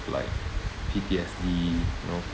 like P_T_S_D you know